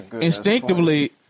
Instinctively